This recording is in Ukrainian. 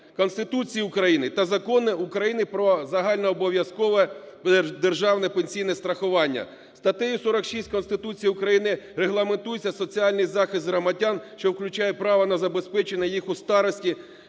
Конституції України та Закону України "Про загальнообов'язкове державне пенсійне страхування". Статтею 46 Конституції України регламентується соціальний захист громадян, що включає право на забезпечення їх у старості.